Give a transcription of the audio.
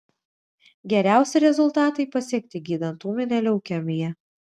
geriausi rezultatai pasiekti gydant ūminę leukemiją